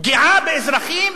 פגיעה באזרחים